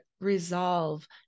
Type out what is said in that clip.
resolve